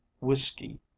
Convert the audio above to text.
whiskey